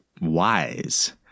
wise